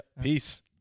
Peace